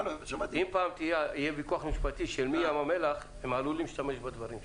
אם יהיה ויכוח משפטי למי שייך ים המלח שלא ישתמשו בדברים שלך.